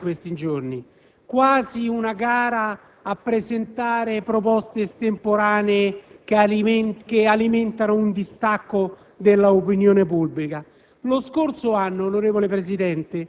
fa molta demagogia in questi giorni, quasi una gara a presentare proposte estemporanee, che alimentano un distacco dell'opinione pubblica.